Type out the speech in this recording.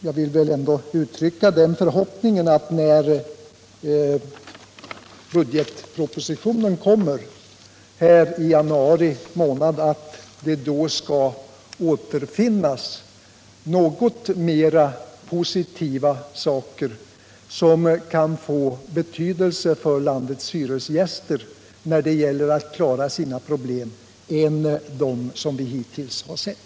Jag vill uttrycka förhoppningen att det i budgetpropositionen i januari månad kommer att finnas något fler positiva förslag som kan få betydelse för landets hyresgästers möjligheter att klara sina problem än de som vi hittills har sett.